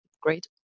great